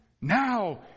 Now